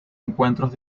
encuentros